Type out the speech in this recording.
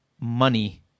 money